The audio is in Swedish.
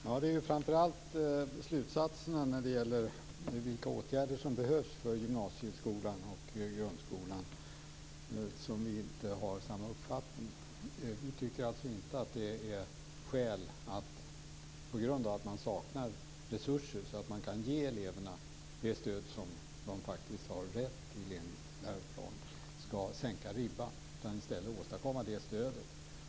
Fru talman! Det är framför allt när det gäller slutsatserna i fråga om vilka åtgärder som behövs för gymnasieskolan och grundskolan som vi inte har samma uppfattning. Vi tycker alltså inte att det finns skäl att sänka ribban på grund av att man saknar resurser så att man kan ge eleverna det stöd som de faktiskt har rätt till enligt läroplanen. I stället ska man åstadkomma det stödet.